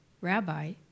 Rabbi